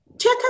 Check